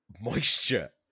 moisture